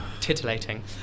titillating